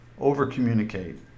over-communicate